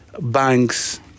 banks